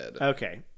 Okay